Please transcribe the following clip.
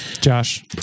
Josh